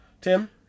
Tim